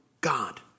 God